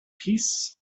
peace